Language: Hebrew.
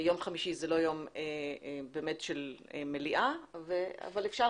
יום חמישי זה לא יום של מליאה אבל אפשר